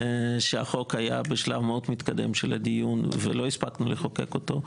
שהחוק היה בשלב מאוד מתקדם של הדיון ולא הספקנו לחוקק אותו.